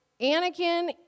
Anakin